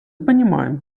понимаем